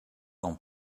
oan